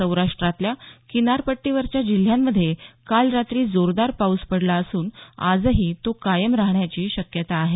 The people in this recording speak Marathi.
सौराष्ट्रातल्या किनारपट्टीवरच्या जिल्ह्यांमधे काल रात्री जोरदार पाऊस पडला असून आजही तो कायम राहण्याची शक्यता आहे